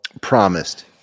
promised